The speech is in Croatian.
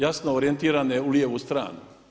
Jasno orijentirane u lijevu stranu.